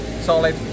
solid